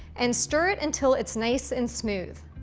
and stir it until it's nice and smooth.